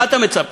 מה אתה מצפה?